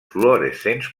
fluorescents